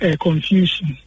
confusion